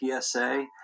PSA